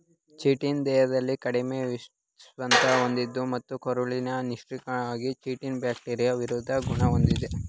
chitin ದೇಹದಲ್ಲಿ ಕಡಿಮೆ ವಿಷತ್ವ ಹೊಂದಿದೆ ಮತ್ತು ಕರುಳಲ್ಲಿ ನಿಷ್ಕ್ರಿಯವಾಗಿದೆ ಚಿಟಿನ್ ಬ್ಯಾಕ್ಟೀರಿಯಾ ವಿರೋಧಿ ಗುಣ ಹೊಂದಿದೆ